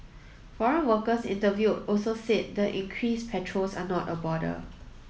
foreign workers interviewed also said the increased patrols are not a bother